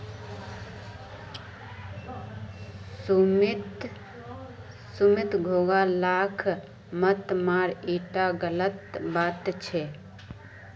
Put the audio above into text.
सुमित घोंघा लाक मत मार ईटा गलत बात छ